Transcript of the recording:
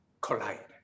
collide